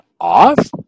off